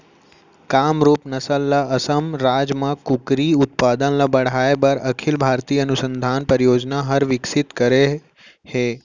कामरूप नसल ल असम राज म कुकरी उत्पादन ल बढ़ाए बर अखिल भारतीय अनुसंधान परियोजना हर विकसित करे हे